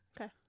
Okay